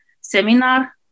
seminar